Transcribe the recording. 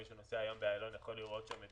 מי שנוסע היום באיילון יכול לראות שם את